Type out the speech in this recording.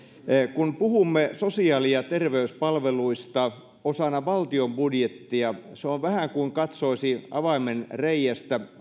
kun puhumme sosiaali ja terveyspalveluista osana valtion budjettia se on vähän kuin katsoisi avaimenreiästä